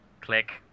Click